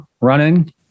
running